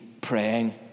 praying